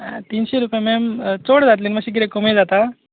तिनशी रुपया मॅम चोड जातचलें न्हू मातशें कितेंय कमी जाता